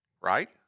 right